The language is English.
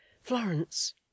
Florence